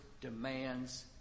demands